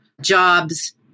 jobs